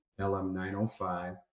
LM905